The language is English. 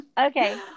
Okay